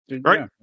Right